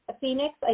phoenix